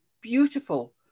beautiful